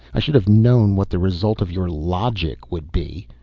i should have known what the result of your logic would be.